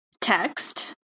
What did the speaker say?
text